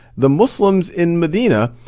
the muslims in medina,